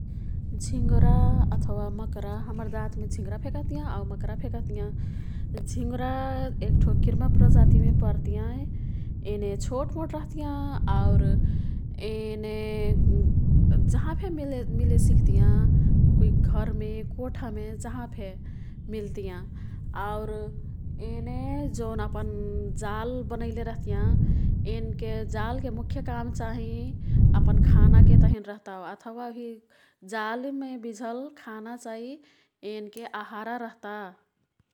झिंगुरा अथवा मकरा, हम्मर जातमे झिंगराफे कह्तिया। आऊ मकराफे कह्तियाँ। झिंगुरा एक्ठो किर्मा प्रजातिमे पर्तियाँ। येने छोटमोट रह्तियाँ आउर येने जहाँफे मिले सिक्तियाँ। कुइक् घरमे, कोठामे जहाँफे मिल्तियाँ। आउर येने जोन अपन जाल बनैले रह्तियाँ। एन्के जालके मुख्य काम चाहिं अपन खानाके तहिन रह्ता अथवा उही जालमे बिझल खाना चाहिँ एन्के आहारा रह्ता।